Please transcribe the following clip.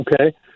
Okay